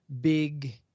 big